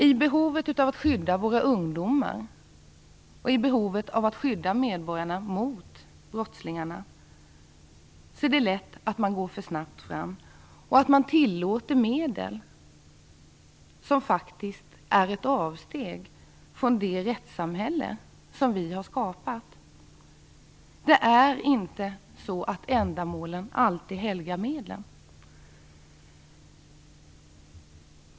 I behovet av att skydda våra ungdomar och övriga medborgare mot brottslingarna är det lätt att man går fram för snabbt och att man tillåter medel som faktiskt är ett avsteg från det rättssamhälle som vi har skapat. Det är inte så att ändamålen alltid helgar medlen.